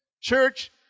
church